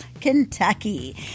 Kentucky